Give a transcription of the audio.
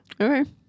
okay